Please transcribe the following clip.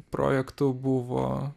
projektų buvo